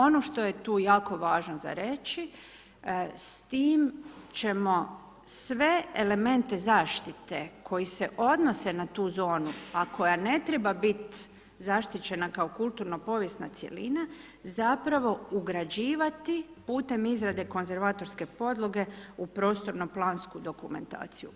Ono što je tu jako važno za reći, s tim ćemo sve elemente zaštite koji se odnose na tu zonu, a koja ne treba biti zaštićena kao kulturna povijesna cjelina, zapravo ugrađivati putem izrade konzervatorske podloge u prostornom plansku dokumentaciju.